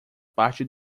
parte